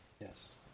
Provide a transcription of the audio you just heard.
Yes